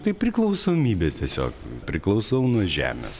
tai priklausomybė tiesiog priklausau nuo žemės